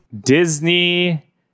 Disney